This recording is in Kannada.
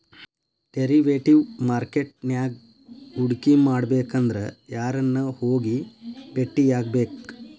ಡೆರಿವೆಟಿವ್ ಮಾರ್ಕೆಟ್ ನ್ಯಾಗ್ ಹೂಡ್ಕಿಮಾಡ್ಬೆಕಂದ್ರ ಯಾರನ್ನ ಹೊಗಿ ಬೆಟ್ಟಿಯಾಗ್ಬೇಕ್?